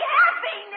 happy